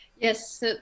Yes